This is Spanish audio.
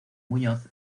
muñoz